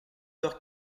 heures